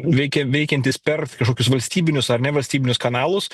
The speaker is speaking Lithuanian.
veikia veikiantys per kažkokius valstybinius ar nevalstybinius kanalus